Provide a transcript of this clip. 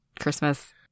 Christmas